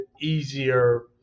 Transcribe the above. easier